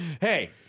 Hey